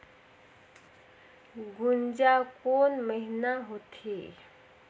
गुनजा कोन महीना होथे?